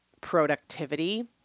productivity